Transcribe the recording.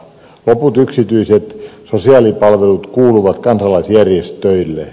loput yksityiset sosiaalipalvelut kuuluvat kansalaisjärjestöille